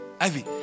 Ivy